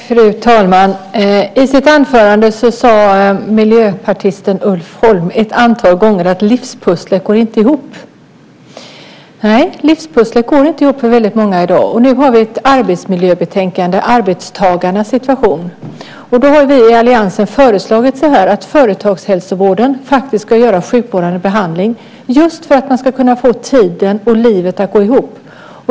Fru talman! I sitt anförande sade miljöpartisten Ulf Holm ett antal gånger att livspusslet inte går ihop. Nej, livspusslet går inte ihop för väldigt många i dag. Nu har vi ett arbetsmiljöbetänkande om arbetstagarnas situation. Då har vi i alliansen föreslagit att företagshälsovården faktiskt ska göra sjukvårdande behandling, just för att man ska kunna få tiden och livet att gå ihop.